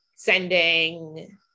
Sending